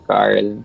Carl